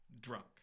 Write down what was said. drunk